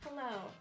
Hello